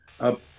up